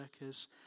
workers